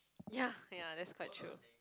ya ya that's quite true